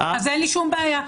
אז אין לי שום בעיה.